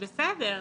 בסדר.